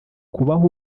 kubaha